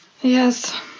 Yes